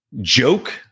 joke